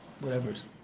whatever's